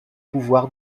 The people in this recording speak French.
pouvoir